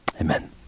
amen